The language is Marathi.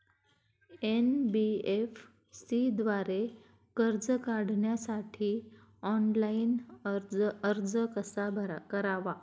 एन.बी.एफ.सी द्वारे कर्ज काढण्यासाठी ऑनलाइन अर्ज कसा करावा?